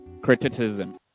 criticism